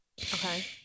Okay